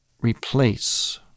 replace